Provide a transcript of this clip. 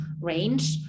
range